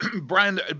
Brian